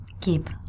keep